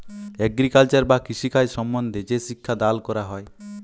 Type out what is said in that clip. agriculture বা কৃষিকাজ সম্বন্ধে যে শিক্ষা দাল ক্যরা হ্যয়